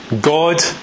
God